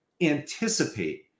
anticipate